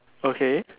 okay